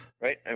Right